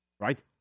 Right